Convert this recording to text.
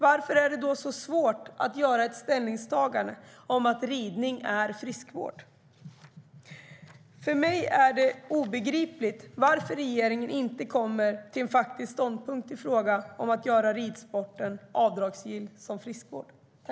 Varför är det då så svårt att göra ett ställningstagande om att ridning är friskvård?